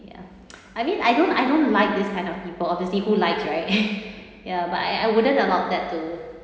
ya I mean I don't I don't like this kind of people obviously who likes right ya but I I wouldn't allow that to